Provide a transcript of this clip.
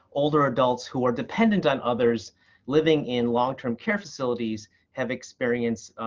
older adults who are dependent on others living in long-term care facilities have experienced